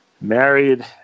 married